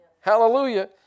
Hallelujah